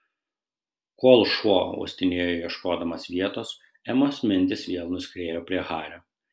kol šuo uostinėjo ieškodamas vietos emos mintys vėl nuskriejo prie hario